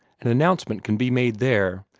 and announcement can be made there,